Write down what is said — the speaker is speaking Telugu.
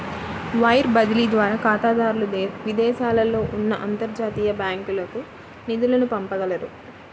వైర్ బదిలీ ద్వారా ఖాతాదారులు విదేశాలలో ఉన్న అంతర్జాతీయ బ్యాంకులకు నిధులను పంపగలరు